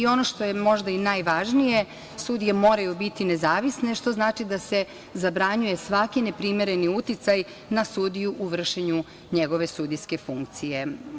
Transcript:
Ono što je možda i najvažnije, sudije moraju biti nezavisne, što znači da se zabranjuje svaki neprimereni uticaj na sudiju u vršenju njegove sudijske funkcije.